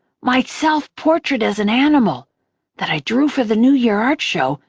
my self-portrait as an animal that i drew for the new year art show,